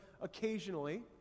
occasionally